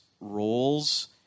roles